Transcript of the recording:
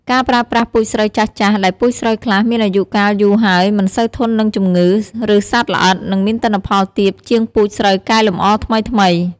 ការប្រើប្រាស់ពូជស្រូវចាស់ៗ ដែលពូជស្រូវខ្លះមានអាយុកាលយូរហើយ មិនសូវធន់នឹងជំងឺ ឬសត្វល្អិត និងមានទិន្នផលទាបជាងពូជស្រូវកែលម្អថ្មីៗ។